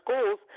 schools